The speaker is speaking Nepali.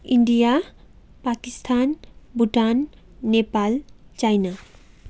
India Pakistan Bhutan Nepal China